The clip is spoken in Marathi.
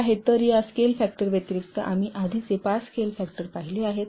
हे आहेत तर या स्केल फॅक्टरव्यतिरिक्त आम्ही आधीचे पाच स्केल फॅक्टर पाहिले आहेत